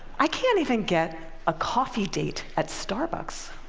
i can't even get a coffee date at starbucks.